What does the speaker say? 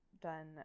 done